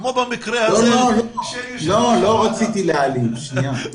כמו במקרה שלי של יושב-ראש הוועדה,